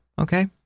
Okay